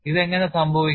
ഇത് എങ്ങനെ സംഭവിക്കും